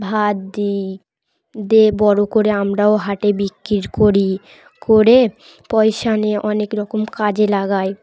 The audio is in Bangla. ভাত দিই দিয়ে বড়ো করে আমরাও হাটে বিক্রি করি করে পয়সা নিয়ে অনেক রকম কাজে লাগাই